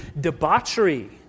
debauchery